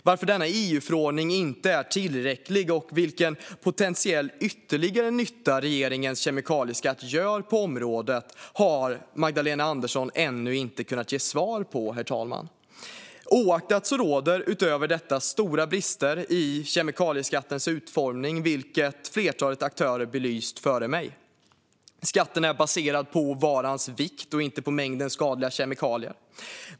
Varför denna EU-förordning inte är tillräcklig och vilken potentiell ytterligare nytta regeringens kemikalieskatt gör på området har Magdalena Andersson ännu inte kunnat ge svar på, herr talman. Oavsett detta råder stora brister i kemikalieskattens utformning, vilket flertalet aktörer belyst före mig. Skatten är baserad på varans vikt och inte på mängden skadliga kemikalier.